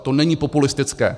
To není populistické.